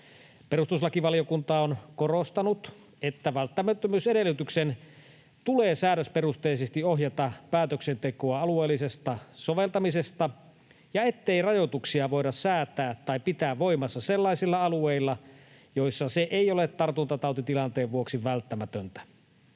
Perustuslakivaliokunta on korostanut, että välttämättömyysedellytyksen tulee säädösperusteisesti ohjata päätöksentekoa alueellisesta soveltamisesta ja ettei rajoituksia voida säätää tai pitää voimassa sellaisilla alueilla, joilla se ei ole tartuntatautitilanteen vuoksi välttämätöntä.